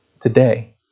today